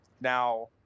now